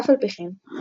אף על פי כן,